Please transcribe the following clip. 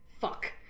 Fuck